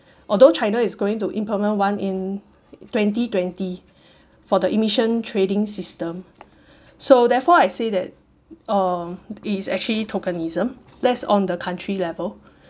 although china is going to implement one in twenty twenty for the emission trading system so therefore I say that uh it's actually tokenism that's on the country level